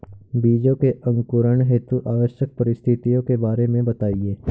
बीजों के अंकुरण हेतु आवश्यक परिस्थितियों के बारे में बताइए